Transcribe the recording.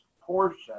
portion